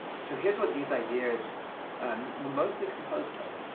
so here's what these ideas um were mostly composed of.